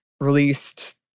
released